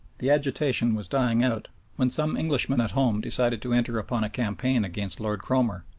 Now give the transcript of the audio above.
the agitation was dying out when some englishmen at home decided to enter upon a campaign against lord cromer.